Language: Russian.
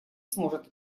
сможет